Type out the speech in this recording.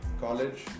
College